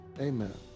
Amen